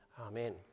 Amen